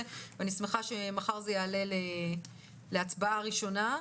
ואני שמחה שמחר זה יעלה להצבעה ראשונה.